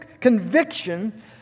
conviction